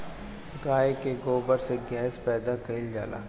गाय के गोबर से गैस पैदा कइल जाला